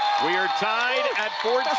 we are tied at